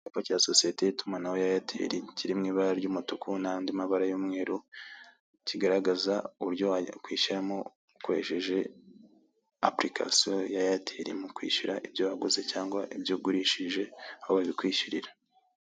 Icyapa cya sosiyete y'itumanaho ya Airtel kiri mw'ibara ry'umutuku nandi mabara y'umweru kigaragaza uburyo wakwishyuramo ukoresheje application ya airtel mu kwishyura ibyo waguze cyangwa ibyo ugurishije aho babikwishyurira.